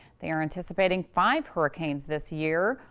they are anticipating five hurricanes this year.